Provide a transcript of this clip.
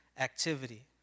activity